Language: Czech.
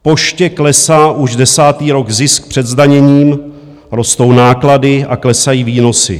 Poště klesá už desátý rok zisk před zdaněním, rostou náklady a klesají výnosy.